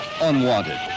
Unwanted